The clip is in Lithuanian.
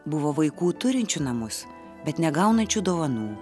buvo vaikų turinčių namus bet negaunančių dovanų